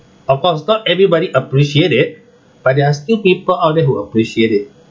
of course not everybody appreciate it but there are still people out there who appreciate it